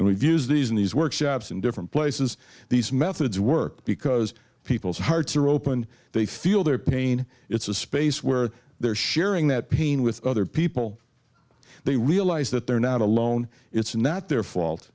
and we've used these in these workshops in different places these methods work because people's hearts are open they feel their pain it's a space where they're sharing that pain with other people they realize that they're not alone it's not their fault